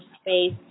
space